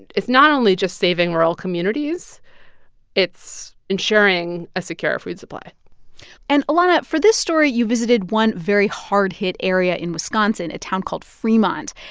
it's not only just saving rural communities it's ensuring a secure food supply and alana, for this story, you visited one very hard-hit area in wisconsin, a town called fremont.